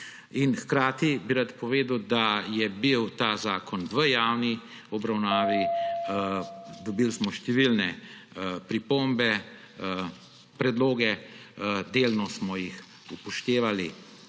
Hkrati bi rad povedal, da je bil ta zakon v javni obravnavi, dobili smo številne pripombe, predloge, delno smo jih upoštevali.